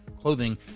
clothing